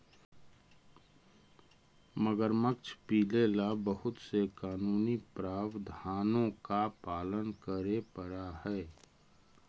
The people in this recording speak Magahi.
मगरमच्छ पीले ला बहुत से कानूनी प्रावधानों का पालन करे पडा हई